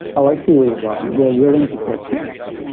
oh, i see where you're going. you're willing to take the risk